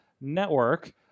Network